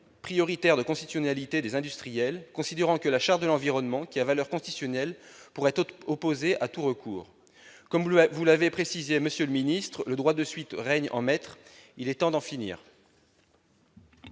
prioritaire de constitutionnalité soulevée par les industriels. Nous considérons en effet que la Charte de l'environnement, qui a valeur constitutionnelle, pourra être opposée à tout recours. Comme vous l'avez précisé, monsieur le ministre d'État, « le droit de suite règne en maître ». Il est temps d'en finir.